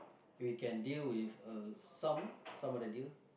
we can deal with uh some some of the deal